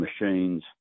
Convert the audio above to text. machines